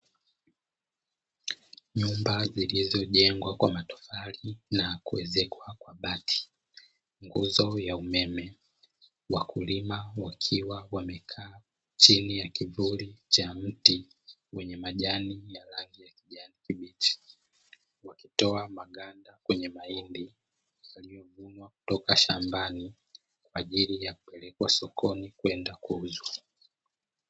Nyumba zilizojengwa kwa matofali na kuezekwa bati, nguzo ya umeme, wakulima wakiwa wamekaa chini ya kivuli cha mti wenye majani yenye rangi ya kijani kibichi, wakitoa maganda kwenye mhindi yaliyovunwa kutoka shambani, kwa ajili ya kupelekwa sokoni kwenda kuuzwa.